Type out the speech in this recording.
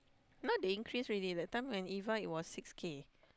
now they increase already that time when Eva it was six K